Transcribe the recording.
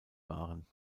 waren